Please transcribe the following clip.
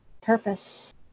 purpose